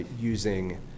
using